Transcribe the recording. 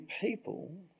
people